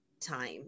time